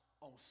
on